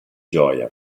gioia